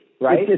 right